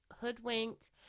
hoodwinked